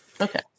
Okay